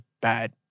bad